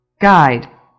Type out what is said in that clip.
guide